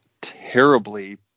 terribly